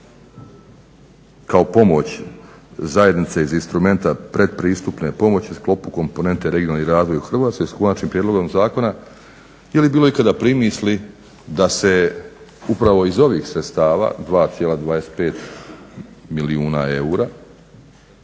kao pomoć zajednice iz instrumenta pretpristupne pomoći u sklopu komponente regionalni razvoj Hrvatske, s Konačnim prijedlogom zakona jeli bilo ikada primisli da se upravo iz ovih sredstava 2,25 milijuna eura